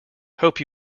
hope